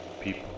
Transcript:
people